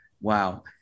wow